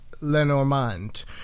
Lenormand